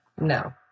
No